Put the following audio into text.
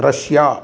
Russia